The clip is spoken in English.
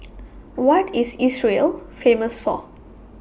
What IS Israel Famous For